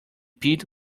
pit